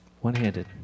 one-handed